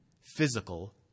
physical